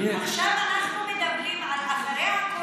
עכשיו אנחנו מדברים על אחרי הקורונה.